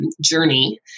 journey